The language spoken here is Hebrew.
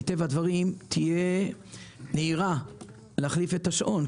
מטבע הדברים תהיה נהירה להחליף את השעון,